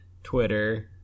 twitter